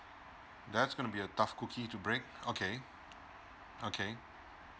that's going to be a tough cookie to break okay okay